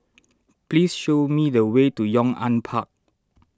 please show me the way to Yong An Park